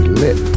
lit